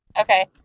okay